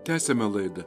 tęsiame laidą